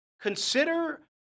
Consider